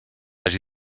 hagi